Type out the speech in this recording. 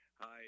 Hi